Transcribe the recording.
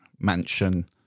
mansion